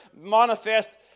manifest